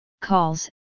calls